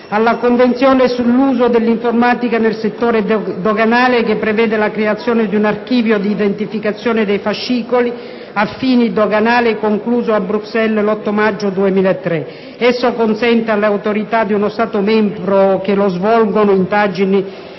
alla Convenzione sull'uso dell'informatica nel settore doganale, che prevede la creazione di un archivio di identificazione dei fascicoli a fini doganali, concluso a Bruxelles l'8 maggio 2003. Esso consente alle autorità di uno Stato membro che svolgono indagini